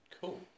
Cool